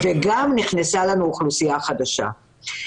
וגם נכנסה אוכלוסייה חדשה.